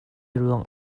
ruang